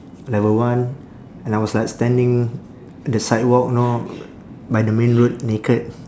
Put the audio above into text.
level one and I was like standing at the sidewalk know by the main road naked